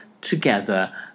together